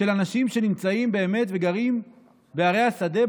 של אנשים שנמצאים וגרים באמת בערי השדה,